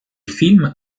film